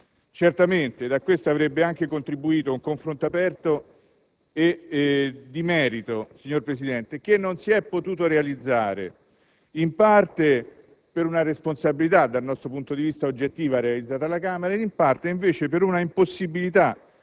Certamente a questo avrebbe anche contribuito un confronto aperto e di merito, signor Presidente, che non si è potuto realizzare, in parte per una responsabilità, dal nostro punto di vista oggettiva, realizzata alla Camera e in parte, invece, per un'impossibilità